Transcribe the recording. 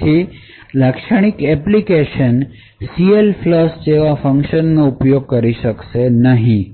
તેથી લાક્ષણિક application CLFLUSH જેવા ફંક્શન નો ઉપયોગ કરી શકે નહીં